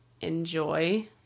enjoy